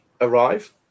arrive